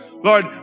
Lord